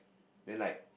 then like